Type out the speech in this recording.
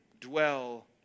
dwell